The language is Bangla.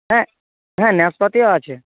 হ্যাঁ হ্যাঁ নাশপাতিও আছে